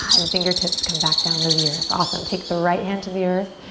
and fingertips come back down to the earth. awesome. take the right hand to the earth,